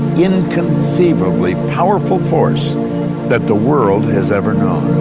inconceivably powerful force that the world has ever known.